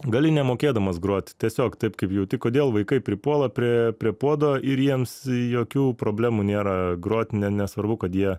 gali nemokėdamas grot tiesiog taip kaip jauti kodėl vaikai pripuola prie prie puodo ir jiems jokių problemų nėra grot ne nesvarbu kad jie